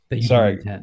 Sorry